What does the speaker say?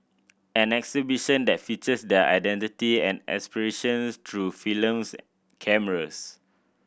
an exhibition that features their identity and aspirations through film cameras